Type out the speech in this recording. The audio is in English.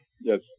Yes